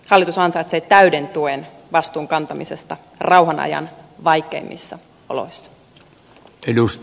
hallitus ansaitsee täyden tuen vastuun kantamisesta rauhanajan vaikeimmissa oloissa